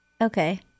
Okay